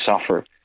suffer